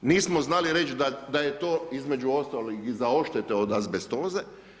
Nismo znali reći da je to između ostaloga i za odštete od azbestoze.